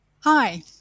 Hi